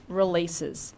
releases